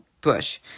Bush